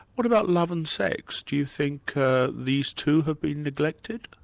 what about love and sex? do you think these two have been neglected?